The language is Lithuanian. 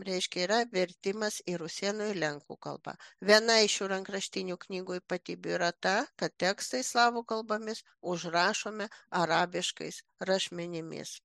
reiškia yra vertimas į rusėna ir lenkų kalbą viena iš rankraštinių knygų ypatybių yra ta kad tekstai slavų kalbomis užrašomi arabiškais rašmenimis